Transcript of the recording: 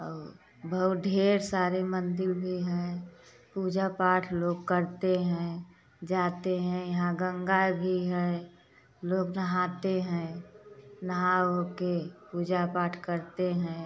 और बहुत ढेर सारे मंदिर भी हैं पूजा पाठ लोग करते हैं जाते हैं यहाँ गंगा भी है लोग नहाते हैं नहा ओ के पूजा पाठ करते हैं